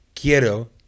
quiero